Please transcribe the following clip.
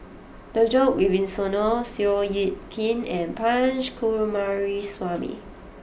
Djoko Wibisono Seow Yit Kin and Punch Coomaraswamy